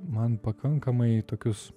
man pakankamai tokius